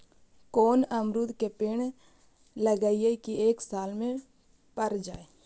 कोन अमरुद के पेड़ लगइयै कि एक साल में पर जाएं?